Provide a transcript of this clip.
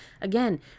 Again